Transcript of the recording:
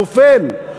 נופל,